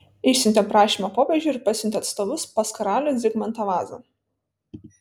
išsiuntė prašymą popiežiui ir pasiuntė atstovus pas karalių zigmantą vazą